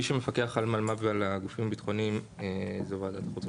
מי שמפקח על מלמ"ב ועל הגופים הביטחוניים זו ועדת החוץ והביטחון.